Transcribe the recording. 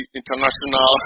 international